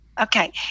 Okay